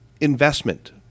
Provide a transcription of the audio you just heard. investment